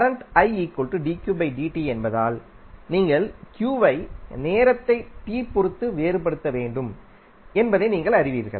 current என்பதால் நீங்கள் வை நேரத்தை பொறுத்துவேறுபடுத்த வேண்டும்என்பதை நீங்கள் அறிவீர்கள்